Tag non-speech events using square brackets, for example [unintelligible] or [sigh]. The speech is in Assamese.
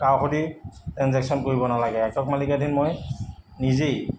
[unintelligible] ট্ৰেনজেকশ্যন কৰিব নালাগে একক মালিকাধীন মই নিজেই